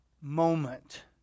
moment